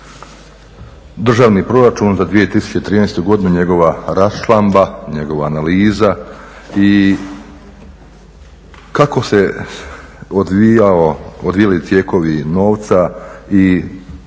državni proračun za 2013. godinu i njegova raščlamba, njegova analiza i kako se odvijali tijekovi novca i dakle ono što se